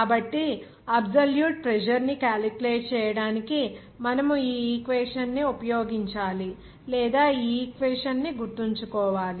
కాబట్టి absolute pressure ని calculate చేయడానికి మనము ఈ ఈక్వేషన్ ని ఉపయోగించాలి లేదా ఈ ఈక్వేషన్ ని గుర్తుంచుకోవాలి